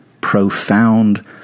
profound